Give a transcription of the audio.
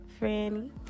Franny